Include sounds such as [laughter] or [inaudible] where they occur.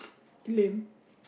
[noise] lame